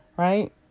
Right